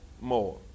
more